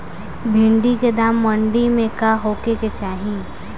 भिन्डी के दाम मंडी मे का होखे के चाही?